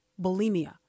bulimia